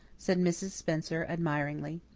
said mrs. spencer admiringly.